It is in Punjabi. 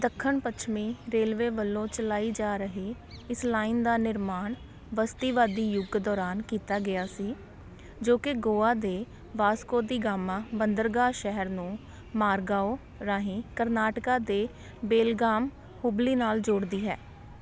ਦੱਖਣ ਪੱਛਮੀ ਰੇਲਵੇ ਵੱਲੋਂ ਚਲਾਈ ਜਾ ਰਹੀ ਇਸ ਲਾਈਨ ਦਾ ਨਿਰਮਾਣ ਬਸਤੀਵਾਦੀ ਯੁੱਗ ਦੌਰਾਨ ਕੀਤਾ ਗਿਆ ਸੀ ਜੋ ਕਿ ਗੋਆ ਦੇ ਵਾਸਕੋਦੀਗਾਮਾ ਬੰਦਰਗਾਹ ਸ਼ਹਿਰ ਨੂੰ ਮਾਰਗਾਓ ਰਾਹੀਂ ਕਰਨਾਟਕਾ ਦੇ ਬੇਲਗਾਮ ਹੁਬਲੀ ਨਾਲ ਜੋੜਦੀ ਹੈ